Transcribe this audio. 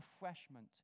refreshment